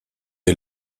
est